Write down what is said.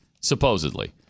supposedly